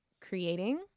creating